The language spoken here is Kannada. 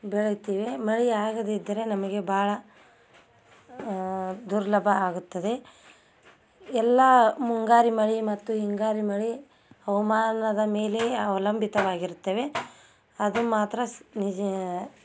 ಬೆಳೆಯುತ್ತೀವಿ ಮಳೆ ಆಗದೇ ಇದ್ದರೆ ನಮಗೆ ಭಾಳ ದುರ್ಲಭ ಆಗುತ್ತದೆ ಎಲ್ಲ ಮುಂಗಾರು ಮಳೆ ಮತ್ತು ಹಿಂಗಾರು ಮಳೆ ಹವಾಮಾನದ ಮೇಲೆ ಅವಲಂಬಿತವಾಗಿರ್ತವೆ ಅದು ಮಾತ್ರ ಸ್ ನಿಜ